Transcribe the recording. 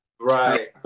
Right